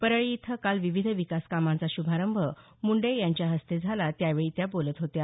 परळी इथं काल विविध विकास कामांचा शुभारंभ मुंडे यांच्या हस्ते झाला त्यावेळी त्या बोलत होत्या